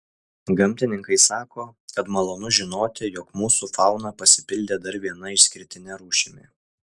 gamtininkai sako kad malonu žinoti jog mūsų fauna pasipildė dar viena išskirtine rūšimi